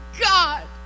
God